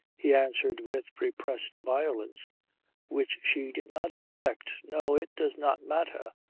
he answered with repressed violence which she did not expect no, it does not matter,